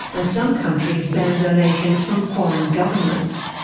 and some countries ban donations from foreign governments.